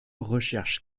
recherche